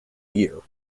year